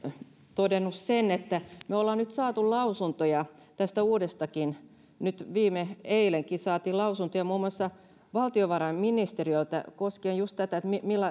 todennut sen että me olemme nyt saaneet lausuntoja tästä uudestakin eilenkin saatiin lausunto muun muassa valtiovarainministeriöltä koskien just tätä